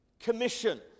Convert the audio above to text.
Commission